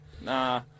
nah